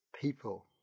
people